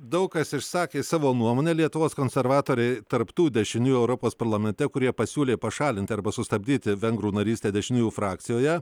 daug kas išsakė savo nuomonę lietuvos konservatoriai tarp tų dešiniųjų europos parlamente kurie pasiūlė pašalinti arba sustabdyti vengrų narystę dešiniųjų frakcijoje